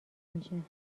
میشم